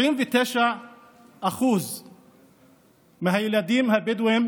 79% מהילדים הבדואים